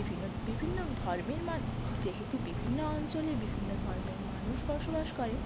বিভিন্ন বিভিন্ন ধর্মের মান যেহেতু বিভিন্ন অঞ্চলে বিভিন্ন ধর্মের মানুষ বসবাস করে